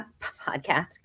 Podcast